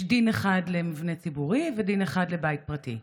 יש דין אחד למבנה ציבורי ודין אחד לבית פרטי.